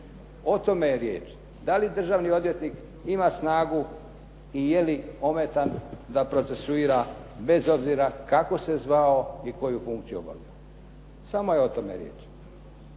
O tome je riječ, da li državni odvjetnik ima snagu i je li ometan da procesuira bez obzira kako se zvao i koju funkciju obavljao. Samo je o tome riječ.